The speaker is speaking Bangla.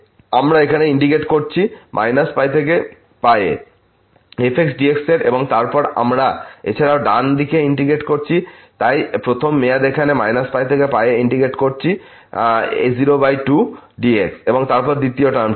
আমরা এখানে ইন্টিগ্রেট করছি π থেকে এ fx dx এর এবং তারপর আমরা এছাড়াও ডান দিকে ইন্টিগ্রেট করছি তাই প্রথম মেয়াদে এখানে π থেকে এ ইন্টিগ্রেটেড করছি a02 dx এবং তারপর দ্বিতীয় টার্মটিও